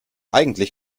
eigentlich